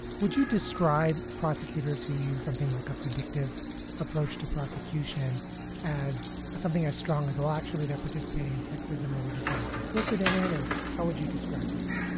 would you describe prosecutors who use something like a predictive approach to prosecution as something as strong as well? actually, they're participating in sexism, or would you say they're complicit in it? or how would you describe that?